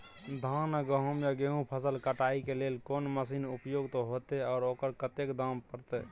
धान आ गहूम या गेहूं फसल के कटाई के लेल कोन मसीन उपयुक्त होतै आ ओकर कतेक दाम परतै?